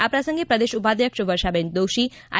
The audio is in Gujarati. આ પ્રસંગે પ્રદેશ ઉપાધ્યક્ષ વર્ષાબેન દોશી આઇ